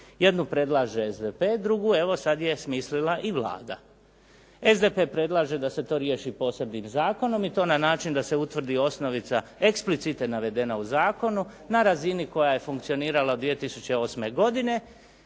Jednu predlaže SDP, drugu, evo sad je smislila i Vlada. SDP predlaže da se to riješi posebnim zakonom i to na način da se utvrdi osnovica eksplicite navedena u zakonu na razini koja je funkcionirala od 2008. godine,